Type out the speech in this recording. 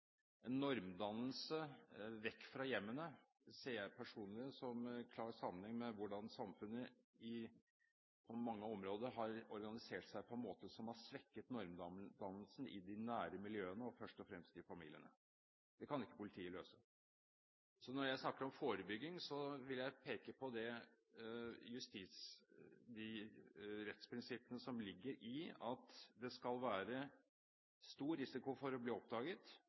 ser personlig en klar sammenheng mellom dette og hvordan samfunnet på mange områder har organisert seg på en måte som har svekket normdannelsen i de nære miljøene – først og fremst i familiene. Det kan ikke politiet løse. Så når jeg snakker om forebygging, vil jeg peke på de rettsprinsippene som ligger i at det skal være stor risiko for å bli oppdaget,